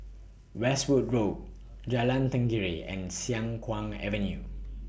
Westwood Road Jalan Tenggiri and Siang Kuang Avenue